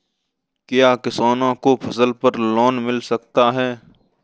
क्या किसानों को फसल पर लोन मिल सकता है?